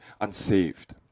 unsaved